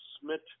Smith